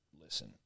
listen